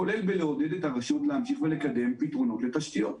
כולל בלעודד את הרשות המקומית להמשיך לקדם פתרונות לתשתיות.